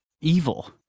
evil